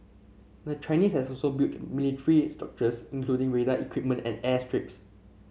the Chinese has also built military structures including radar equipment and airstrips